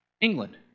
England